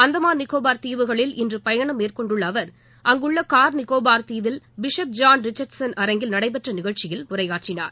அந்தமான் நிக்கோபார்த் தீவுகளில் இன்று பயணம் மேற்கொண்டுள்ள அவர் அங்குள்ள கார் நிக்கோபார் தீவில் பிஷப் ஜான் ரிச்சர்ட்சன் அரங்கில் நடைபெற்ற நிகழ்ச்சியில் உரையாற்றினார்